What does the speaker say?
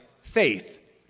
faith